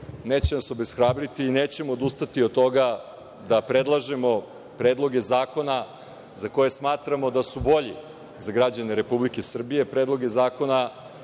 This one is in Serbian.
neće obeshrabriti i nećemo odustati od toga da predlažemo predloge zakona za koje smatramo da su bolji za građane Republike Srbije, predloge zakona